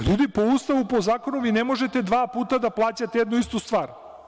Ljudi, po Ustavu, po zakonu vi ne možete dva puta da plaćate jednu istu stvar.